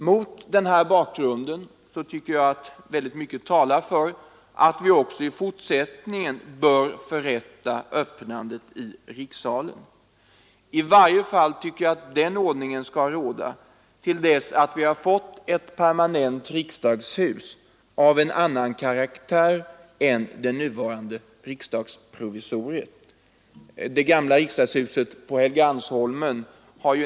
Mot den bakgrunden talar mycket för att vi också i fortsättningen bör förrätta öppnandet i rikssalen. I varje fall tycker jag att så skall ske till dess att vi fått ett permanent riksdagshus av annan karaktär än det nuvarande provisoriet. Det gamla riksdagshuset på Helgeandsholmen har jut.ex.